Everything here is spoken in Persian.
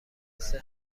مثل